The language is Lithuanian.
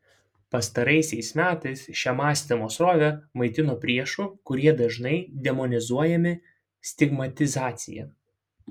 pastaraisiais metais šią mąstymo srovę maitino priešų kurie dažnai demonizuojami stigmatizacija